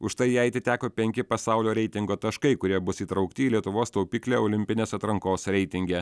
už tai jai atiteko penki pasaulio reitingo taškai kurie bus įtraukti į lietuvos taupyklę olimpinės atrankos reitinge